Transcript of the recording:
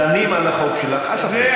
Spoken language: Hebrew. דנים על החוק שלך, אל תפריעי.